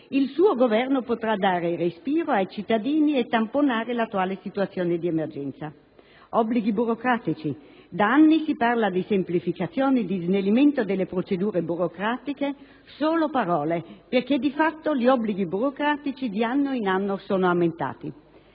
il suo Governo potrà dare respiro ai cittadini e tamponare l'attuale situazione di emergenza. Obblighi burocratici. Da anni si parla di semplificazioni, di snellimento delle procedure burocratiche. Solo parole, perché di fatto gli obblighi burocratici di anno in anno sono aumentati.